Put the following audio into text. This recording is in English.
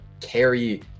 carry